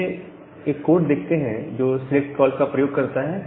आइए एक कोड देखते हैं जो सिलेक्ट कॉल का प्रयोग करता है